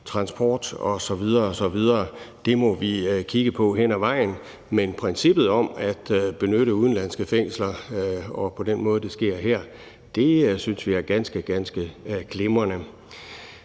transport osv. osv. Det må vi kigge på hen ad vejen. Men princippet om at benytte udenlandske fængsler og den måde, det sker på her, synes vi er ganske, ganske